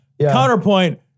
counterpoint